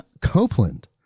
Copeland